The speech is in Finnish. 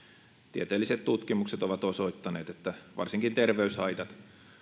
tieteelliset tutkimukset ovat osoittaneet että varsinkin terveyshaitat